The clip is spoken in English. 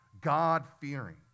God-fearing